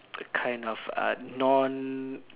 a kind of uh non